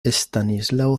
estanislao